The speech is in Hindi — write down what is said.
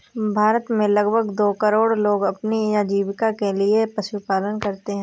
भारत में लगभग दो करोड़ लोग अपनी आजीविका के लिए पशुपालन करते है